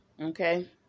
Okay